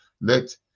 let